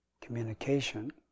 communication